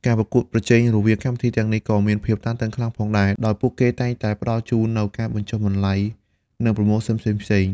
ការប្រកួតប្រជែងរវាងកម្មវិធីទាំងនេះក៏មានភាពខ្លាំងក្លាផងដែរ ដោយពួកគេតែងតែផ្តល់ជូននូវការបញ្ចុះតម្លៃ និងប្រូម៉ូសិនផ្សេងៗ។